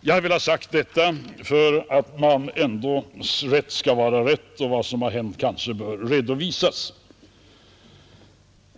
Jag har velat säga detta för att rätt ändå skall vara rätt och att vad som har hänt kanske bör redovisas.